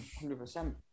100%